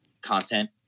content